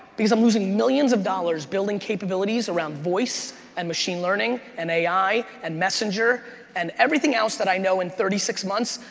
because i'm losing millions of dollars building capabilities around voice and machine learning and ai and messenger and everything else that i know in thirty six months,